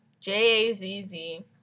J-A-Z-Z